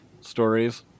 stories